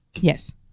yes